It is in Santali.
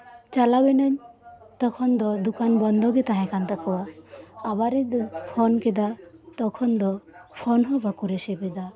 ᱪᱟᱞᱟᱣ ᱮᱱᱟᱹᱧ ᱛᱚᱠᱷᱚᱱ ᱫᱚ ᱫᱚᱠᱟᱱ ᱵᱚᱱᱫᱚ ᱜᱤ ᱛᱟᱦᱮᱸ ᱠᱟᱱᱛᱟᱠᱩᱣᱟ ᱟᱵᱟᱨ ᱤᱧ ᱯᱷᱚᱱ ᱠᱮᱫᱟ ᱛᱚᱠᱷᱚᱱ ᱫᱚ ᱯᱷᱚᱱᱦᱚᱸ ᱵᱟᱠᱩ ᱨᱤᱥᱤᱵ ᱮᱫᱟ